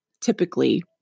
typically